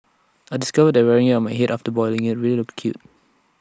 I discovered that wearing IT on my Head after boiling IT really looked cute